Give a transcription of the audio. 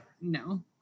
No